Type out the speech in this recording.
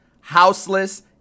houseless